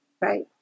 right